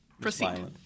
proceed